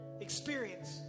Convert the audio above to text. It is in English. experience